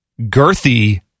girthy